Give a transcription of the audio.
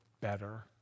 better